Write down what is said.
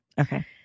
okay